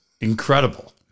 incredible